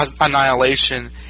annihilation